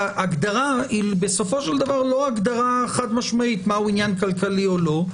שההגדרה בסופו של דבר היא לא הגדרה חד-משמעית מהו עניין כלכלי או לא,